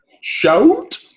Shout